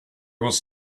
was